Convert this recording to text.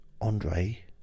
Andre